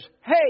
hey